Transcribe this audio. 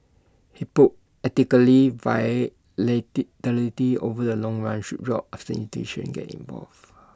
hypothetically over the long run should drop after institutions get involved